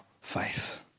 faith